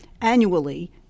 Annually